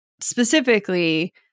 specifically